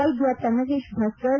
ವೈದ್ಯ ಪನ್ನಗೇತ್ ಭಾಸ್ಕರ್